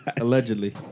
Allegedly